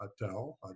hotel